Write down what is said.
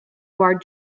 our